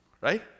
right